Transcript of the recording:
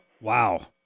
Wow